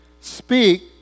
speak